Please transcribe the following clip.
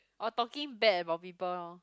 oh talking bad about people lor